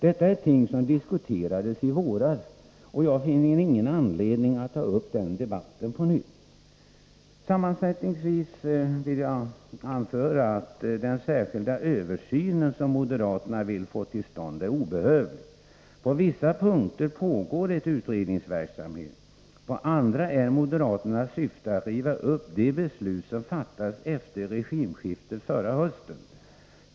Detta är ting som diskuterades i våras, och jag finner ingen anledning att föra den debatten på nytt. Sammanfattningsvis vill jag anföra att den särskilda översyn som moderaterna vill få till stånd är obehövlig. På vissa punkter pågår redan en utredningsverksamhet. På andra är moderaternas syfte att riva upp det beslut som fattades efter regimskiftet förra hösten.